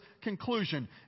conclusion